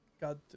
got